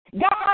God